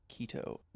Keto